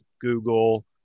Google